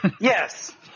Yes